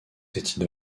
cette